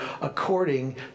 according